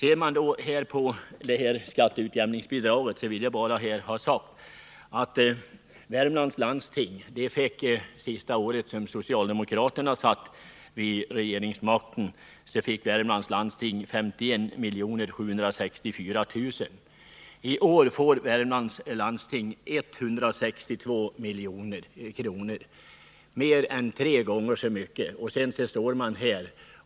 I vad gäller frågan om skatteutjämningsbidraget vill jag peka på att Värmlands läns landsting under det sista år då socialdemokraterna innehade regeringsmakten fick 51 764 000 kr. I år får Värmlands läns landsting 162 milj.kr. Det är mer än tre gånger det förstnämnda beloppet.